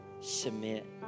submit